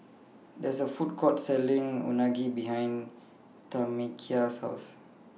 There IS A Food Court Selling Unagi behind Tamekia's House